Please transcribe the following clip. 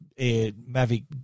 Mavic